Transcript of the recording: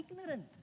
ignorant